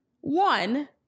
one